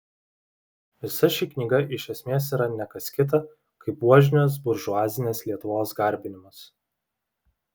visa ši knyga iš esmės yra ne kas kita kaip buožinės buržuazinės lietuvos garbinimas